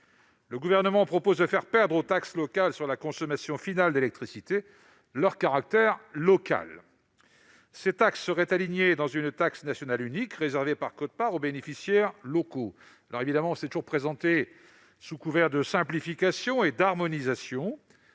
européennes, de faire perdre aux taxes locales sur la consommation finale d'électricité leur caractère local. Ces taxes seraient englobées dans une taxe nationale unique, réservée par quote-part aux bénéficiaires locaux. S'il est, comme toujours, présenté sous couvert de simplification et d'harmonisation,